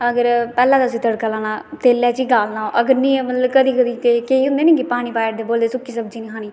अगर पैह्ले उस्सी तड़का लाना तेला चा ही गालना कदैं कदैं केईं होंदे निं पानी पाई ओड़दे बोलदे सुक्की सब्जी निं खानी